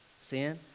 sin